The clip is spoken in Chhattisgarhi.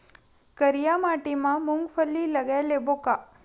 करिया माटी मा मूंग फल्ली लगय लेबों का?